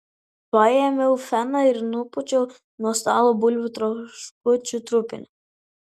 paėmiau feną ir nupūčiau nuo stalo bulvių traškučių trupinius